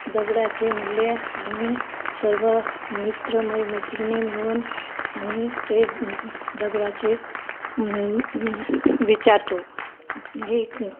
दगडाचे मूल्य आम्ही सर्व मित्रमै मैत्रिणी मिळून आम्ही ते दगडाचे विचारतो हे